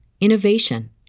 innovation